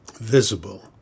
visible